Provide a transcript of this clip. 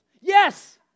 Yes